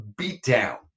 beatdown